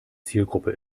zielgruppe